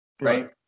right